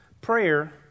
prayer